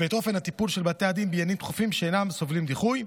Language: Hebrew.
ואת אופן הטיפול של בתי הדין בעניינים דחופים שאינם סובלים דיחוי.